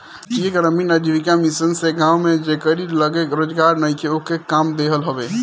राष्ट्रीय ग्रामीण आजीविका मिशन से गांव में जेकरी लगे रोजगार नईखे ओके काम देहल हवे